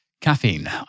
caffeine